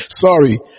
Sorry